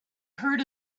heard